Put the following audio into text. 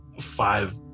five